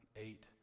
eight